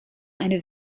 eine